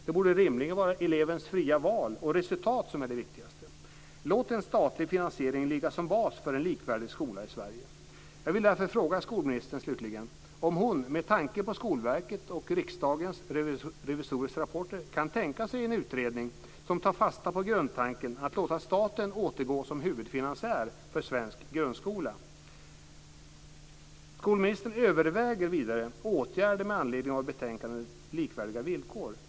Det borde rimligen vara elevens fria val och resultat som är det viktigaste. Låt en statlig finansiering ligga som bas för en likvärdig skola i Sverige. Jag vill därför slutligen fråga skolministern om hon, med tanke på Skolverkets och Riksdagens revisorers rapporter, kan tänka sig en utredning som tar fasta på grundtanken att låta staten återgå som huvudfinansiär för svensk grundskola. Skolministern överväger vidare åtgärder med anledning av betänkandet Likvärdiga villkor?